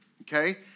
Okay